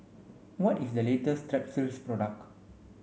what is the latest Strepsils product